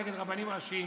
נגד הרבנים הראשיים?